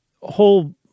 whole